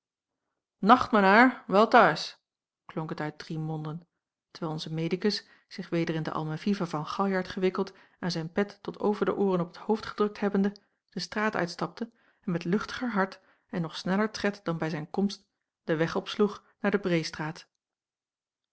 nacht men haier wel t'huis klonk het uit drie monden terwijl onze medicus zich weder in de almaviva van galjart gewikkeld en zijn pet tot over de ooren op t hoofd gedrukt hebbende de deur uitstapte en met luchtiger hart en nog sneller tred dan bij zijn komst den weg opsloeg naar de breêstraat